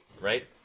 right